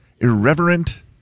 irreverent